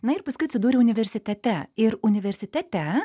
na ir paskui atsidūriau universitete ir universitete